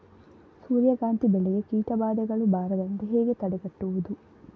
ಸೂರ್ಯಕಾಂತಿ ಬೆಳೆಗೆ ಕೀಟಬಾಧೆಗಳು ಬಾರದಂತೆ ಹೇಗೆ ತಡೆಗಟ್ಟುವುದು?